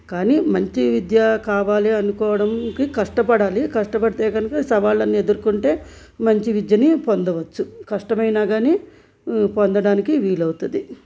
కానీ మంచి విద్య కావాలి అనుకుంటే కష్టపడాలి కష్టపడితే కనుక సవాళ్ళని ఎదుర్కొంటే మంచి విద్యని పొందవచ్చు కష్టమైనా కానీ పొందడానికి వీలవుతుంది